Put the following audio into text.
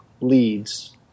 leads